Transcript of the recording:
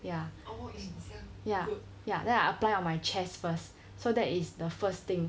ya ya ya then I apply on my chest first so that is the first thing